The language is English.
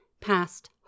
past